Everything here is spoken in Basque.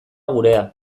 gurea